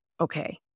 okay